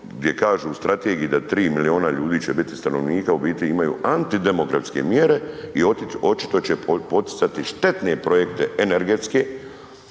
gdje kažu u strategiji da 3 milijuna ljudi će biti stanovnika u biti imaju antidemografske mjere i očito će poticati štetne projekte energetske